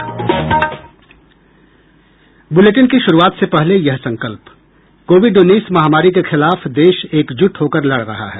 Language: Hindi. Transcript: ब्रलेटिन की शुरूआत से पहले ये संकल्प कोविड उन्नीस महामारी के खिलाफ देश एकजुट होकर लड़ रहा है